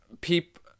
people